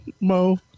Mo